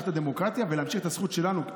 את הדמוקרטיה ולהמשיך את הזכות שלנו.